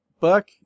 Buck